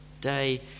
day